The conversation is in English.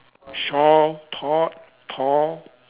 short tall tall